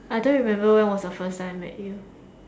I don't remember when was the first time I met you